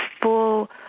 full